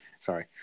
Sorry